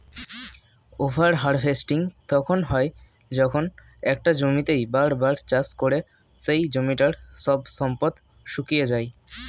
over harvesting তখন হয় যখন একটা জমিতেই বার বার চাষ করে সেই জমিটার সব সম্পদ শুষিয়ে যায়